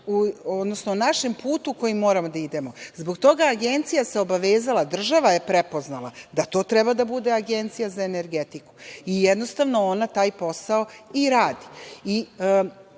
o našem putu kojim moramo da idemo, zbog toga se Agencija obavezala. Država je prepoznala da to treba da bude Agencija za energetiku, ona taj posao i radi.